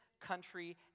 country